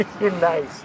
Nice